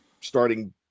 starting